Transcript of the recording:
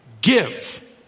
give